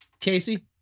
Casey